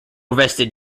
arrested